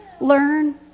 learn